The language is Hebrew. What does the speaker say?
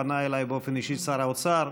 פנה אליי באופן אישי שר האוצר,